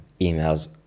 emails